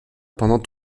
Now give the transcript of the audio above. pendant